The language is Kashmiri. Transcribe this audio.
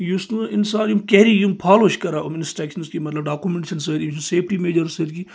یُس نہٕ اِنسان یِم کیری فالوٗ چھِ کَران یِم اِنَسٹَرٛکشَنٕز کہِ مَطلَب ڈاکومینٹ چھِنہٕ سأری سیٚفٹی میجَر سٍتۍ کیٚنٛہہ